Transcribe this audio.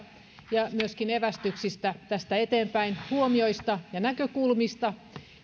ja myöskin evästyksistä tästä eteenpäin huomioista ja näkökulmista